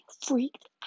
freaked